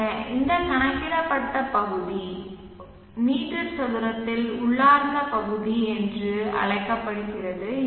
எனவே இந்த கணக்கிடப்பட்ட பகுதி மீட்டர் சதுரத்தில் உள்ளார்ந்த பகுதி என்று அழைக்கப்படுகிறது